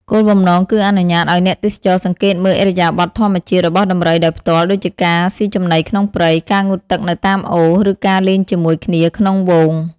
គោលបំណងគឺអនុញ្ញាតឲ្យអ្នកទេសចរ សង្កេតមើលឥរិយាបថធម្មជាតិ របស់ដំរីដោយផ្ទាល់ ដូចជាការ ស៊ីចំណីក្នុងព្រៃ ការងូតទឹកនៅតាមអូរ ឬការលេងជាមួយគ្នាក្នុងហ្វូង។